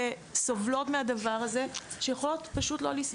שסובלות מהדבר הזה שיכולות פשוט לא לסבול.